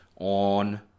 on